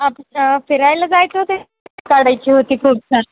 आप फिरायला जायचं होते काढायची होती खूप छान